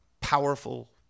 Powerful